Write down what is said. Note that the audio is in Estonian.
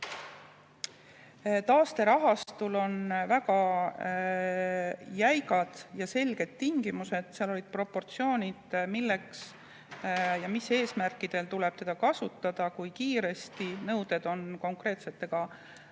taasterahastul on väga jäigad ja selged tingimused. Seal on proportsioonid, milleks ja mis eesmärkidel tuleb teda kasutada, kui kiiresti. Nõuded on ka konkreetsete